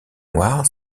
noir